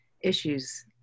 issues